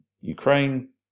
ukraine